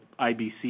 IBC